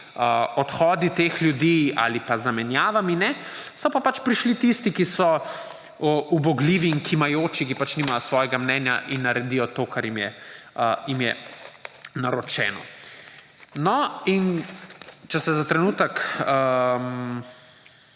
odhodi teh ljudi ali pa z zamenjavami, so pa pač prišli tisti, ki so ubogljivi in kimajoči, ki nimajo svojega mnenja in naredijo to, kar jim je naročeno. In če se za trenutek